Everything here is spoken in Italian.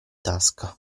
tasca